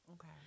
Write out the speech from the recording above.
Okay